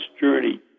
journey